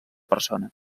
persona